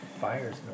Fire's